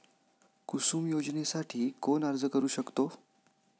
कुसुम योजनेसाठी कोण अर्ज करू शकतो?